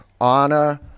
honor